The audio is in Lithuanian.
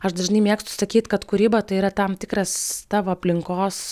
aš dažnai mėgstu sakyt kad kūryba tai yra tam tikras tavo aplinkos